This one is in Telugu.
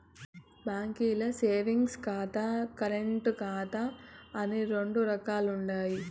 బాంకీల్ల సేవింగ్స్ ఖాతా, కరెంటు ఖాతా అని రెండు రకాలుండాయి